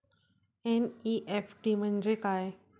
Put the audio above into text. NEFT म्हणजे काय?